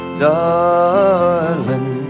darling